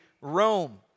Rome